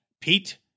Pete